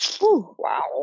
Wow